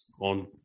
on